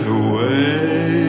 away